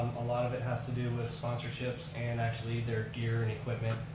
a lot of it has to do with sponsorships, and actually their gear and equipment.